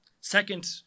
Second